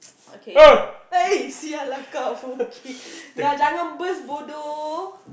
okay eh sia lah